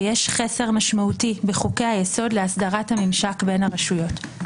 ויש חסר משמעותי בחוקי היסוד להסדרת הממשק בין הרשויות.